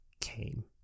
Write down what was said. came